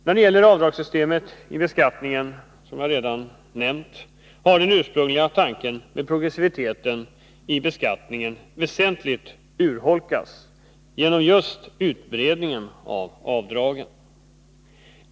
När det gäller avdragssystemet i beskattningen har, som jag redan nämnt, den ursprungliga tanken med progressiviteten i beskattningen väsentligt urholkats genom just utbredningen av avdragen.